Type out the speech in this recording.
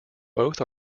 both